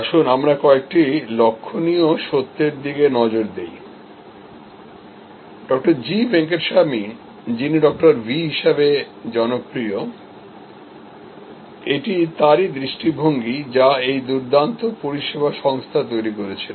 আসুন আমরা কয়েকটি লক্ষনীয় সত্যের দিকে নজর রাখি ডঃ জি ভেঙ্কটস্বামী যিনি ডঃ ভি হিসাবে জনপ্রিয় এটি তাঁরইদৃষ্টিভঙ্গি যা এই দুর্দান্ত পরিষেবা সংস্থা তৈরি করেছিল